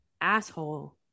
asshole